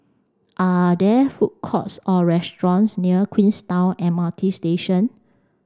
are there food courts or restaurants near Queenstown M R T Station